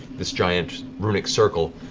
this giant, runic circle.